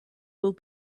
will